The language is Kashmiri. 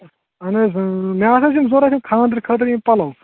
اَہَن حظ اۭں مےٚ وَن تہٕ حظ یِم ضروٗرت یِم خانٛدرٕ خٲطرٕ یِم پَلو